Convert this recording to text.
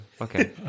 Okay